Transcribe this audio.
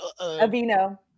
Avino